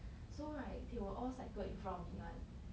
so right they will all cycle in front of me [one]